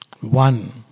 one